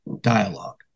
dialogue